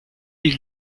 die